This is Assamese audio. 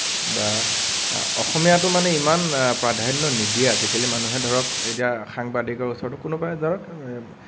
বা অসমীয়াটো মানে ইমান প্ৰাধান্য নিদিয়ে আজিকালি মানুহে ধৰক এতিয়া সাংবাদিকৰ ওচৰতো কোনো মানে ধৰক